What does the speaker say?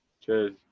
Cheers